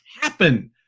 happen